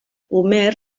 homer